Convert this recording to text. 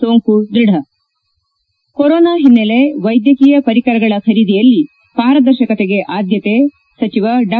ಸೋಂಕು ದ್ಬಢ ಕೊರೊನಾ ಹಿನ್ನೆಲೆ ವೈದ್ಯಕೀಯ ಪರಿಕರಗಳ ಖರೀದಿಯಲ್ಲಿ ಪಾರದರ್ಶಕತೆಗೆ ಆದ್ಯತೆ ಸಚಿವ ಡಾ